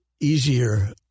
easier